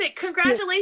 Congratulations